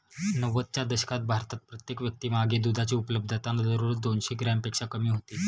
नव्वदच्या दशकात भारतात प्रत्येक व्यक्तीमागे दुधाची उपलब्धता दररोज दोनशे ग्रॅमपेक्षा कमी होती